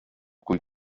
kui